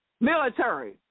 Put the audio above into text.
military